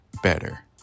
Better